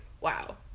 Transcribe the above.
wow